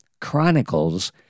chronicles